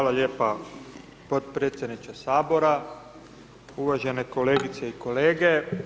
Hvala lijepa potpredsjedniče Sabora, uvažene kolegice i kolege.